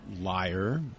liar